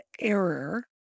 error